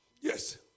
Yes